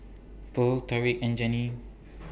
Purl Tariq and Janie